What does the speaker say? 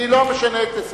אני לא משנה את סדר-היום.